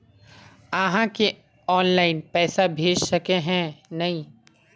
आहाँ के ऑनलाइन पैसा भेज सके है नय?